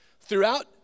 Throughout